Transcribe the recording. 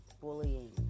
bullying